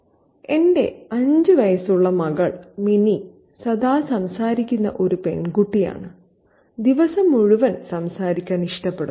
"എന്റെ 5 വയസ്സുള്ള മകൾ മിനി സദാസംസാരിക്കുന്ന ഒരു പെൺകുട്ടിയാണ് ദിവസം മുഴുവൻ സംസാരിക്കാൻ ഇഷ്ടപ്പെടുന്നു